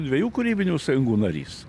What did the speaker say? dviejų kūrybinių sąjungų narys